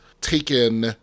taken